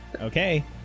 Okay